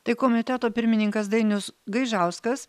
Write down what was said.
tai komiteto pirmininkas dainius gaižauskas